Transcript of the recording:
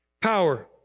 Power